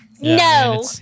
No